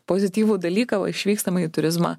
pozityvų dalyką išvykstamąjį turizmą